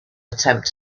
attempt